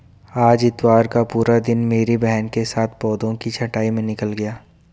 आज इतवार का पूरा दिन मेरी बहन के साथ पौधों की छंटाई में ही निकल गया